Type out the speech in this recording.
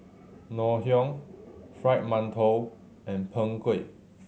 Ngoh Hiang Fried Mantou and Png Kueh